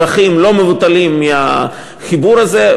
אפשר להפיק רווחים לא מבוטלים מהחיבור הזה.